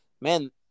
man